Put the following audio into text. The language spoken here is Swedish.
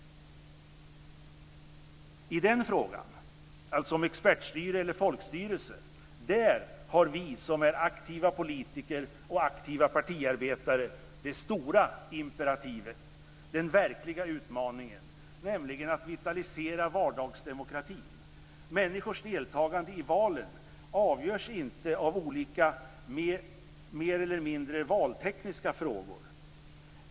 I den frågan, expertstyre eller folkstyre, har vi som är aktiva politiker och partiarbetare det stora imperativet, den verkliga utmaningen, nämligen att vitalisera vardagsdemokratin. Människors deltagande i valen avgörs inte av olika mer eller mindre valtekniska frågor.